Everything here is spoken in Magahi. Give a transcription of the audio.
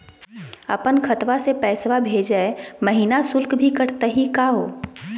अपन खतवा से पैसवा भेजै महिना शुल्क भी कटतही का हो?